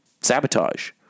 Sabotage